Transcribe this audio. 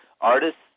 artists